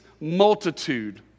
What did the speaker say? multitude